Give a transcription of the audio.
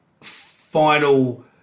final